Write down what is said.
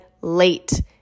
late